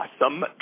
awesome